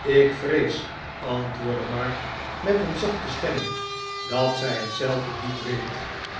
ik vrees antwoordde mark met een zachte stem dat zij het zelf niet weet